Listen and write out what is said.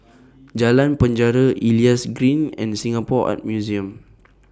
Jalan Penjara Elias Green and Singapore Art Museum